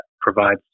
provides